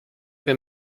wir